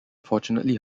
fortunately